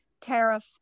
tariff